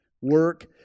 Work